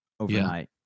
Overnight